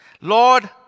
Lord